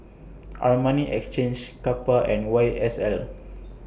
Armani Exchange Kappa and Y S L